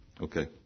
okay